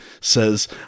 says